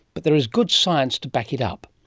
but there is good science to back it up.